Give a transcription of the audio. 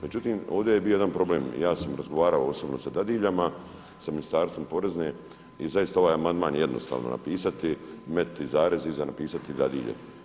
Međutim ovdje je bio jedan problem, ja sa razgovarao osobno sa dadiljama, sa ministarstvom porezne i zaista ovaj amandman je jednostavno napisati, metnuti zarez i iza napisati dadilje.